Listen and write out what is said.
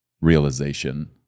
realization